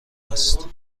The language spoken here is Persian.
هست